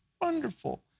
wonderful